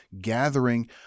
gathering